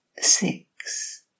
six